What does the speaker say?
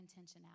intentionality